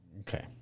Okay